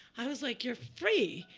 i was like, you're free.